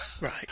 Right